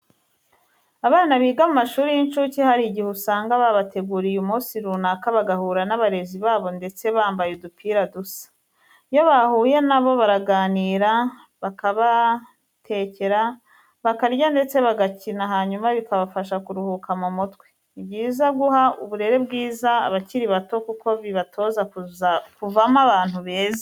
Abana biga mu mashuri y'inshuke hari igihe usanga babataguriye umunsi runaka bagahura n'abarezi babo ndetse bambaye udupira dusa. Iyo bahuye na bo baraganira, bakabatekera, bakarya ndetse bagakina, hanyuma bikabafasha kuruhuka mu mutwe. Ni byiza guha uburere bwiza abakiri bato kuko bibatoza kuvamo abantu beza.